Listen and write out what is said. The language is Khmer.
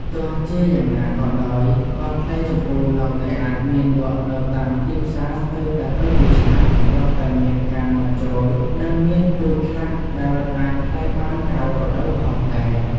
ទោះជាយ៉ាងណាក៏ដោយ ក៏ផ្លែជម្ពូនៅតែអាចមានលក់នៅតាមទីផ្សារស្ទើរតែពេញមួយឆ្នាំ ព្រោះតែមានការនាំចូល និងមានពូជខ្លះដែលអាចផ្លែបានក្រៅរដូវផងដែរ។